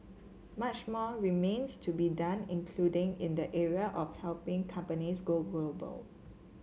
much more remains to be done including in the area of helping companies go global